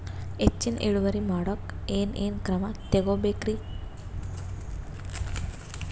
ಹೆಚ್ಚಿನ್ ಇಳುವರಿ ಮಾಡೋಕ್ ಏನ್ ಏನ್ ಕ್ರಮ ತೇಗೋಬೇಕ್ರಿ?